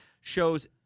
Shows